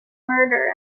murder